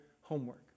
homework